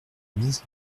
mise